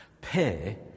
pay